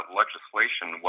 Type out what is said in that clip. legislation